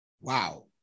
Wow